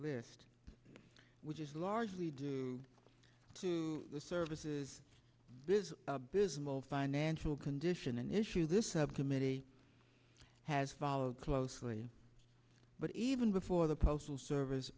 list which is largely due to the services this abysmal financial condition an issue this subcommittee has followed closely but even before the postal service